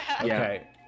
Okay